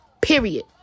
Period